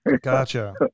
gotcha